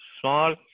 Small